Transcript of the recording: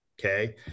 Okay